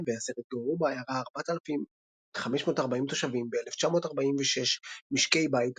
התגוררו בעיירה 4,540 תושבים ב-1,946 משקי בית,